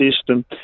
system